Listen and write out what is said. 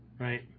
right